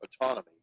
autonomy